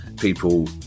people